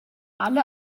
alle